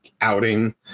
outing